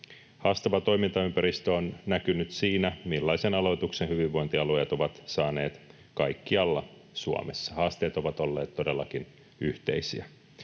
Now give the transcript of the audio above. Haastava toimintaympäristö on näkynyt siinä, millaisen aloituksen hyvinvointialueet ovat saaneet kaikkialla Suomessa. Haasteet ovat olleet todellakin yhteisiä.